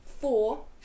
four